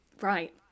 right